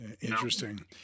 interesting